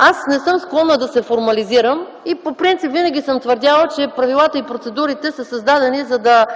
Аз не съм склонна да се формализирам и по принцип винаги съм твърдяла, че правилата и процедурите са създадени, за да